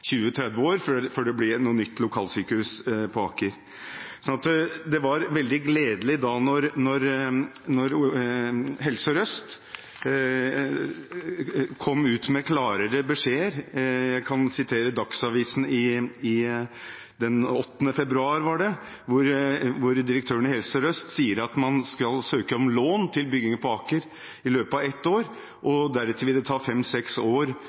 år før det ble noe nytt lokalsykehus på Aker. Det var veldig gledelig da Helse Sør-Øst kom ut med klarere beskjeder. Jeg kan sitere Dagsavisen fra 8. februar, der direktøren i Helse Sør-Øst sier at man skal søke om lån til bygging på Aker i løpet av ett år. Deretter ville det ta fem–seks år